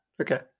Okay